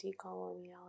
decoloniality